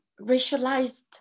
racialized